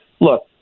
look